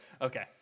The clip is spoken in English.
Okay